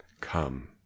Come